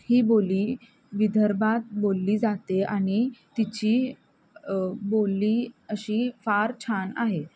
ही बोली विदर्भात बोलली जाते आणि तिची बोली अशी फार छान आहे